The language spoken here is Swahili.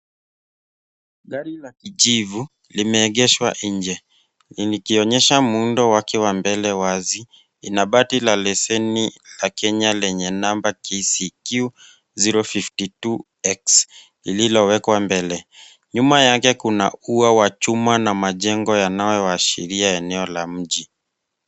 Gari la kijivu, limeegeshwa nje. Ni nikionyesha muundo wake wa mbele wazi, inabati la leseni la Kenya lenye namba KCQ 0 52 X liliyowekwa mbele. Nyuma yake kuna ua wa chuma na majengo yanayoashiria eneo la mji.